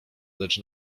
lecz